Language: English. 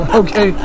okay